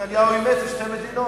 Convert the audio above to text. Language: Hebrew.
נתניהו אימץ את שתי מדינות.